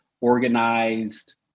organized